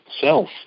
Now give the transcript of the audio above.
self